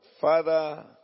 Father